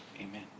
Amen